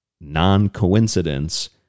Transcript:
non-coincidence